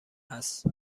هست